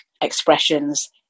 expressions